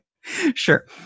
Sure